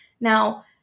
Now